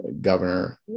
Governor